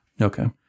Okay